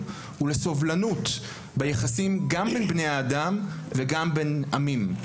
ולסובלנות ביחסים גם בין בני האדם וגם בין עמים.